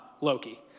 Loki